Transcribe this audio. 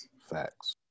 Facts